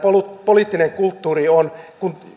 poliittinen kulttuurinne on